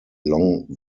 long